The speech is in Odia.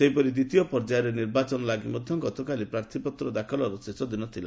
ସେହିପରି ଦ୍ୱିତୀୟ ପର୍ଯ୍ୟାୟ ନିର୍ବାଚନ ଲାଗି ମଧ୍ୟ ଗତକାଲି ପ୍ରାର୍ଥିପତ୍ର ଦାଖଲର ଶେଷ ଦିନ ଥିଲା